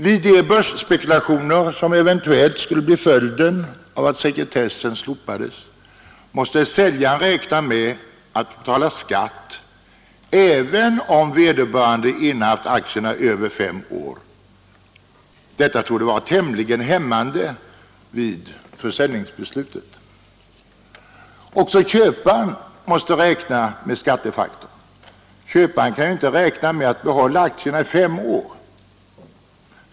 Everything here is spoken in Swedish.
Vid de börsspekulationer som eventuellt skulle bli följden av att sekretessen slopades måste säljaren räkna med att betala skatt, även om vederbörande innehaft aktierna över fem år. Detta torde vara tämligen hämmande vid försäljningebeslutet. Också köparen måste räkna med skattefaktorn. Han kan ju inte räkna med att behålla aktierna i fem år.